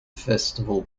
festival